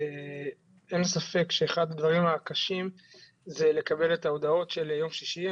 אין ספק שאחד הדברים הקשים זה לקבל את ההודעות של יום שישי.